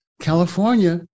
California